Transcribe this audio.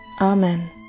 Amen